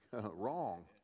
Wrong